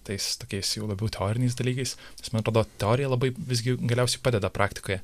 tais tokiais jau labiau teoriniais dalykais nes man atrodo teorija labai visgi galiausiai padeda praktikoje